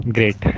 Great